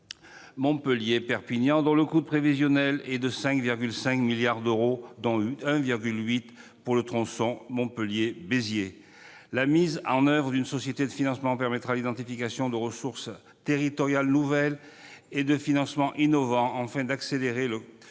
Montpellier-Perpignan, dont le coût prévisionnel est de 5,5 milliards d'euros, dont 1,8 milliard d'euros pour le premier tronçon Montpellier-Béziers. La mise en oeuvre d'une société de financement permettra l'identification de ressources territoriales nouvelles et de financements innovants, afin d'accélérer le